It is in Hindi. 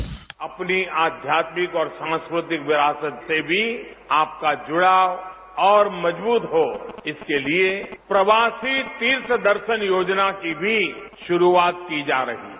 बाइट अपनी आध्यात्मिक और सांस्कृतिक विरासत से भी आपका जुड़ाव और मजबूत हो इसके लिए प्रवासी तीर्थदर्शन योजना की भी शुरूआत की जा रही है